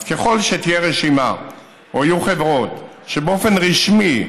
אז ככל שתהיה רשימה או יהיו חברות שבאופן רשמי,